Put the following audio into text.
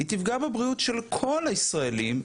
היא תפגע בבריאות של כל הישראלים,